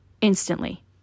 Instantly